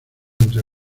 entre